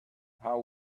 how